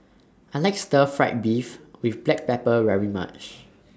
I like Stir Fried Beef with Black Pepper very much